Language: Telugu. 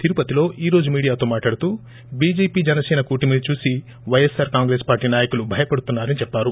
తెరుపతిలో ఈరోజు మీడియాతో మాట్లాడుతూ చీజేపీ జనసేన కూటమిని చూసి వైఎస్సార్ కాగ్రెస్ పార్టీ నాయకులు భయపడుతున్నారని చెప్పారు